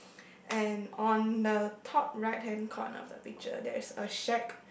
and on the top right hand corner from the picture there is a shade